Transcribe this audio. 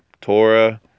Torah